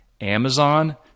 Amazon